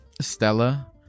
Stella